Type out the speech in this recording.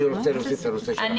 אני רוצה להוסיף את הנושא של החנויות.